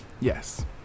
Yes